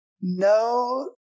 No